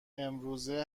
امروزه